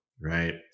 right